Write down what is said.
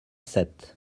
sept